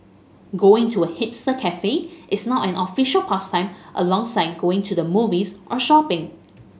going to a hipster cafe is now an official pastime alongside going to the movies or shopping